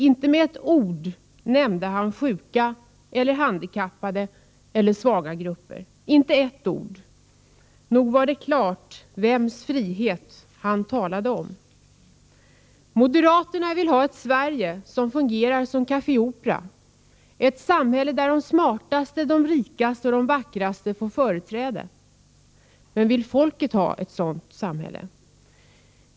Inte med ett ord nämnde han sjuka, handikappade eller svaga grupper. Nog var det klart vems frihet han talade om. Moderaterna vill ha ett Sverige som fungerar som Café Opera — ett samhälle där de smartaste, de rikaste och de vackraste får företräde. Men vill folket ha ett sådant samhälle?